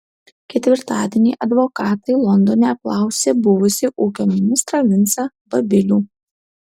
ketvirtadienį advokatai londone apklausė buvusį ūkio ministrą vincą babilių